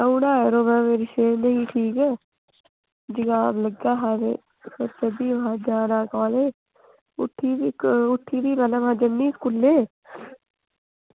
औना ऐ यरो पर मेरी सेह्त निं ही ठीक जुकाम लग्गे दा हा यरो सोचा दी ही पैह्लें जाना कॉलेज़ उठी बी ऐहीं की जाना स्कूलै ई